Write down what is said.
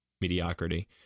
mediocrity